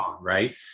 right